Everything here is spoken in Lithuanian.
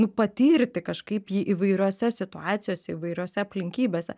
nu patirti kažkaip jį įvairiose situacijose įvairiose aplinkybėse